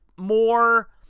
more